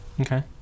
Okay